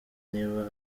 niba